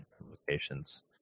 locations